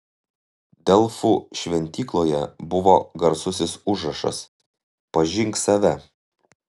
delfų šventykloje buvo garsusis užrašas pažink save